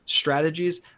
strategies